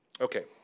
Okay